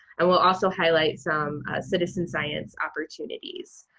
and we'll also highlight some citizen science opportunities.